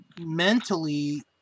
mentally